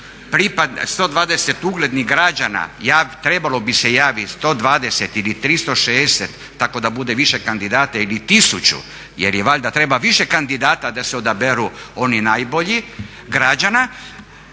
slučaju uglednih građana, trebalo bi se javiti 120 ili 360 tako da bude više kandidata ili 1000 jer valjda treba više kandidata da se odaberu oni najbolji građana